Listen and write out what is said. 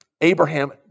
Abraham